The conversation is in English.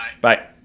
Bye